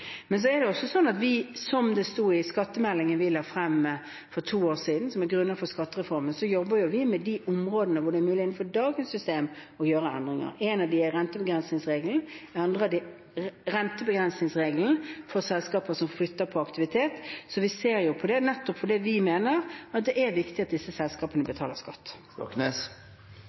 Men vi jobber også – som det sto i skattemeldingen vi la frem for to år siden, som er grunnlaget for skattereformen – med de områdene hvor det er mulig innenfor dagens system å gjøre endringer. Et av dem er rentebegrensningsregelen for selskaper som flytter på aktivitet. Så vi ser jo på dette nettopp fordi vi mener at det er viktig at disse selskapene betaler skatt.